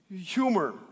humor